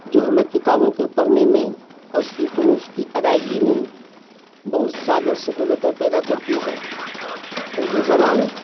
جو ہمیں کتابوں کے پڑھنے میں اور اس کی حروف کی ادائیگی میں بہت زیادہ سہولتیں پیدا کرتی ہے اردو زبان